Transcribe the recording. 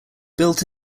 built